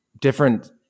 different